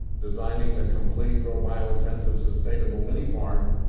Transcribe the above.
designing a complete grow biointensive sustainable mini-farm.